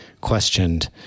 questioned